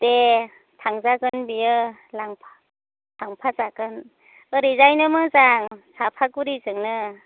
दे थांजागोन बेयो लांफा थांफाजागोन ओरैजायनो मोजां सापागुरिजोंनो